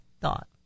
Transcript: thought